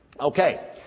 Okay